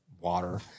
water